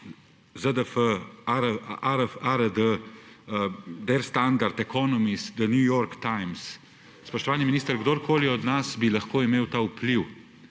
ZDF, ARD, Der Standard, The Economist, The New York Times. Spoštovani minister, kdorkoli od nas bi lahko imel ta vpliv,